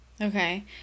Okay